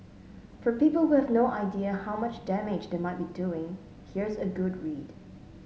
for people who have no idea how much damage they might be doing here's a good read